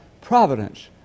providence